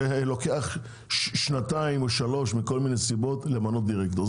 שלוקח שנתיים או שלוש מכל מיני סיבות למנות דירקטור.